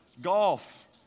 Golf